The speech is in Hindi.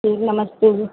ठीक नमस्ते जी